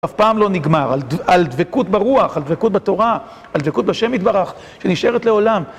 אף פעם לא נגמר, על דבקות ברוח, על דבקות בתורה, על דבקות בשם יתברך שנשארת לעולם